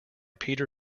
peter